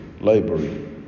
library